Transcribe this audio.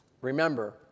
Remember